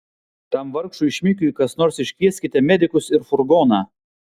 tam vargšui šmikiui kas nors iškvieskite medikus ir furgoną